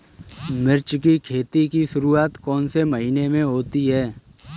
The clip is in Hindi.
मिर्च की खेती की शुरूआत कौन से महीने में होती है?